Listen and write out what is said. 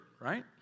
right